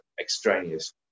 extraneous